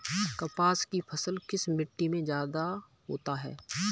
कपास की फसल किस मिट्टी में ज्यादा होता है?